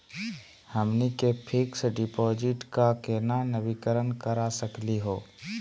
हमनी के fix deposit क केना नवीनीकरण करा सकली हो?